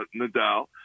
Nadal